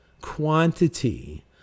quantity